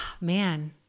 man